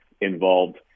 involved